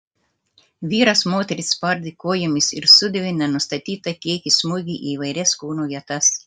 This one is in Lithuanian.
vyras moterį spardė kojomis ir sudavė nenustatytą kiekį smūgių į įvairias kūno vietas